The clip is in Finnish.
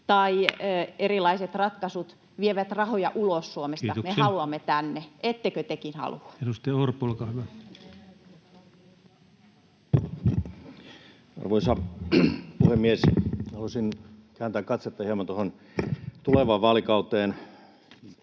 tai erilaiset ratkaisut vievät rahoja ulos Suomesta. Me haluamme ne tänne. Ettekö tekin halua? Kiitoksia. — Edustaja Orpo, olkaa hyvä. Arvoisa puhemies! Haluaisin kääntää katsetta hieman tuohon tulevaan vaalikauteen.